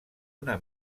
una